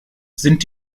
sind